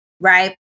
right